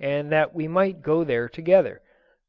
and that we might go there together